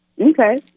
Okay